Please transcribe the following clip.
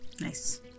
Nice